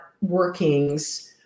workings